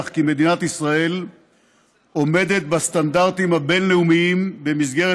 כי מדינת ישראל עומדת בסטנדרטים הבין-לאומיים במסגרת